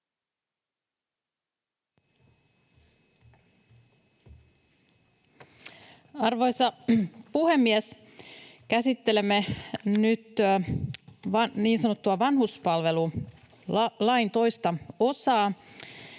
Arvoisa puhemies! Käsittelemme nyt niin sanottua vanhuspalvelulain toista osaa,